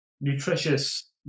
nutritious